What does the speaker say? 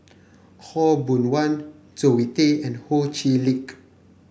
Khaw Boon Wan Zoe Tay and Ho Chee Lick